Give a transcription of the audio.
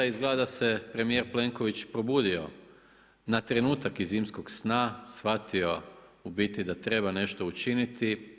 Izgleda da se premijer Plenković probudio na trenutak iz zimskog sna, shvatio u biti da treba nešto učiniti.